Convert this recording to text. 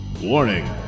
Warning